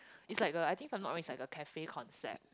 is like a I think if I'm not wrong it's like a cafe concept